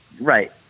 Right